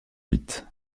huit